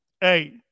Hey